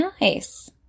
nice